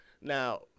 Now